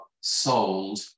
sold